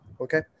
okay